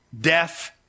death